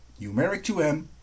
numeric2M